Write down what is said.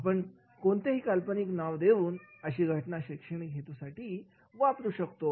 आपण कोणतेही काल्पनिक नाव देऊन अशी घटना शैक्षणिक हेतूसाठी वापरू शकतो